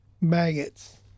maggots